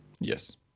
Yes